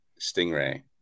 Stingray